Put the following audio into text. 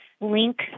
link